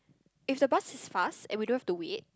if the bus is fast and we don't have to wait